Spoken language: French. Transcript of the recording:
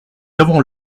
avons